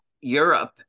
Europe